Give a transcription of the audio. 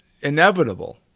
inevitable